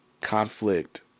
conflict